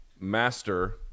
master